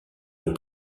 les